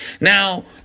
Now